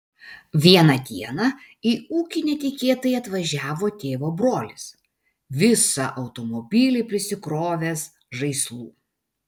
vieną dieną į ūkį netikėtai atvažiavo tėvo brolis visą automobilį prisikrovęs žaislų